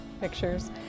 pictures